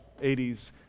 80s